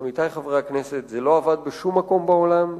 עמיתי חברי הכנסת, זה לא עבד בשום מקום בעולם,